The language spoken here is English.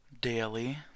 Daily